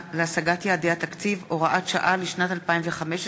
להשגת יעדי התקציב) (הוראת שעה לשנת 2015),